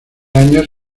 años